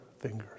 fingers